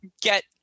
get